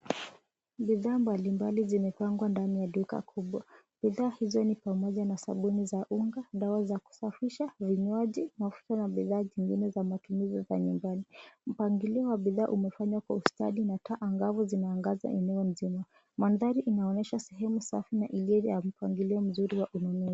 Bidhaa mbalimbali zimepangwa 'ndani ya duka kubwa. Bidhaa hizo ni pamoja na sabuni za unga, dawa za kusafisha, vinywaji mafuta na bidhaa zingine za matumizi ya nyumbani. Mpangilio wa bidhaa umefanywa kwa ustadi na taa angavu zinaangaza eneo nzima. Mandhari inaonyesha sehemu safi na iliyo mpangilio mzuri wa ununuzi.